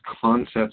concepts